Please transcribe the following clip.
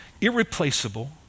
irreplaceable